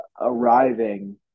arriving